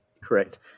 correct